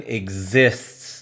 exists